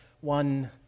one